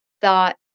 thought